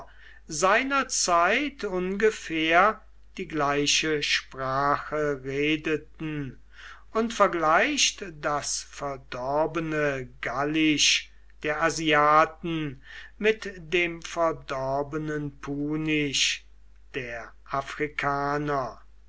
seiner zeit ungefähr die gleiche sprache redeten und vergleicht das verdorbene gallisch der asiaten mit dem verdorbenen punisch der afrikaner